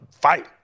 fight